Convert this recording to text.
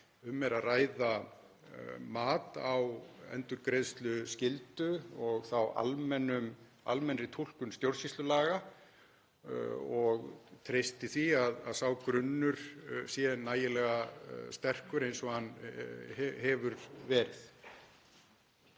um er að ræða mat á endurgreiðsluskyldu og þá almennri túlkun stjórnsýslulaga. Ég treysti því að sá grunnur sé nægilega sterkur, eins og hann hefur verið.